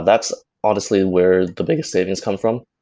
that's honestly where the biggest savings come from.